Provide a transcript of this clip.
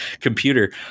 computer